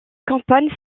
campagne